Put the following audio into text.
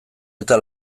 eta